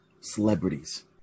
celebrities